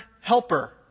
helper